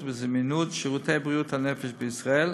ובזמינות של שירותי בריאות הנפש בישראל,